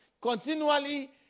continually